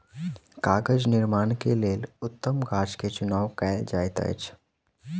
कागज़ निर्माण के लेल उत्तम गाछ के चुनाव कयल जाइत अछि